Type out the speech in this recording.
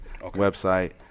website